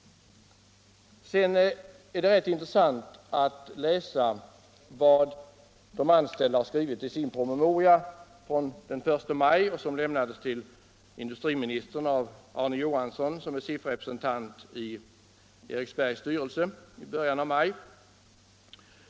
Sedan är det intressant att läsa vad de anställda har skrivit i sin PM av den 1 maj, vilken överlämnades till industriministern i början av maj av SIF:s representant i Eriksbergs styrelse Arne Johansson.